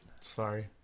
sorry